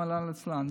רחמנא ליצלן,